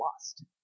lost